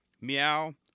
Meow